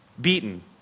beaten